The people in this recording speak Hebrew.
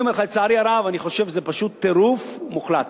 אני אומר לך שלצערי אני חושב שזה פשוט טירוף מוחלט.